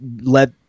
let